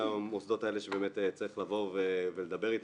המוסדות האלה שבאמת צריך לבוא ולדבר איתם.